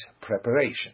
preparation